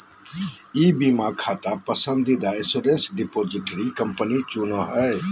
ई बीमा खाता पसंदीदा इंश्योरेंस रिपोजिटरी कंपनी चुनो हइ